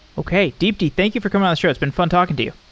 okay. deepti, thank you for coming on the show. it's been fun talking to you.